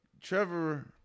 Trevor